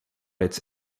its